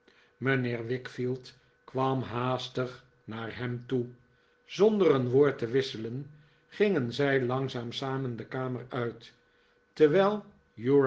mijnheer wickfield kwam haastig naar hem toe zonder een woord te wisselen gingen zij langzaam samen de kamer uit terwijl